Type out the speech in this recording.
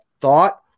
thought